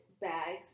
bags